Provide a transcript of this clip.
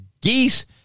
geese